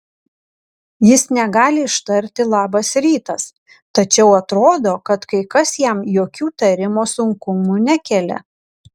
jis negali ištarti labas rytas tačiau atrodo kad kai kas jam jokių tarimo sunkumų nekelia